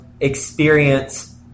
experience